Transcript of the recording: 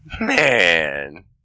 man